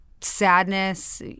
sadness